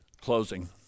closing